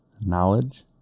knowledge